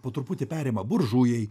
po truputį perima buržujai